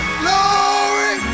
glory